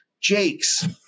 Jake's